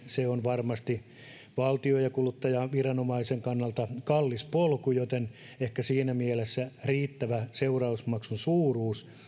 se on varmasti valtio ja kuluttajaviranomaisen kannalta kallis polku joten ehkä siinä mielessä riittävä seuraamusmaksun suuruus